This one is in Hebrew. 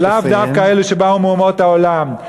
ולאו דווקא אלה שבאו מאומות העולם.